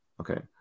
Okay